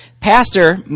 pastor